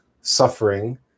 suffering